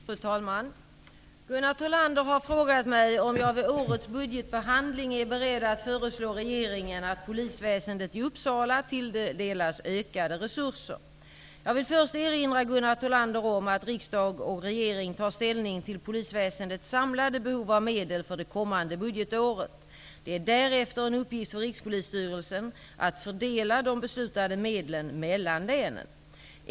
Fru talman! Gunnar Thollander har frågat mig om jag vid årets budgetbehandling är beredd att föreslå regeringen att polisväsendet i Uppsala tilldelas ökade resurser. Jag vill först erinra Gunnar Thollander om att riksdag och regering tar ställning till polisväsendets samlade behov av medel för det kommande budgetåret. Det är därefter en uppgift för Rikspolisstyrelsen att fördela de beslutade medlen mellan länen.